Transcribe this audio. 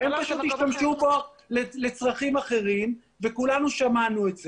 הם השתמשו בו לצרכים אחרים וכולנו שמענו את זה.